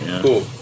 Cool